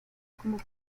como